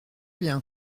bien